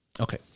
Okay